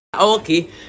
okay